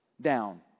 down